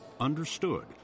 understood